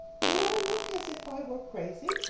do i look as if i were crazy?